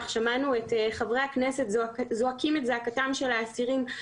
שמענו את חברי הכנסת זועקים את זעקתם של האסירים,